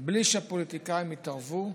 בלי שפוליטיקאים יתערבו.